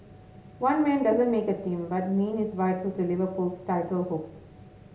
one man doesn't make a team but Mane is vital to Liverpool's title hopes